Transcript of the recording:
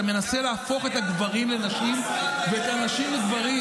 אתה מנסה להפוך את הגברים לנשים ואת הנשים לגברים.